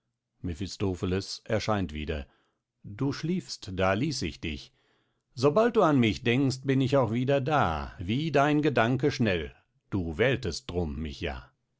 mephistopheles erscheint wieder du schliefst da ließ ich dich sobald du an mich denkst bin ich auch wieder da wie dein gedanke schnell du wähltest drum mich ja